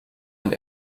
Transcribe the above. man